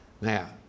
Now